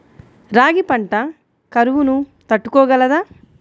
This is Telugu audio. రాగి పంట కరువును తట్టుకోగలదా?